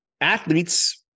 athletes